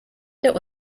der